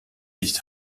nicht